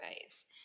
phase